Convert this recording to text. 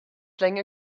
playing